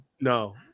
no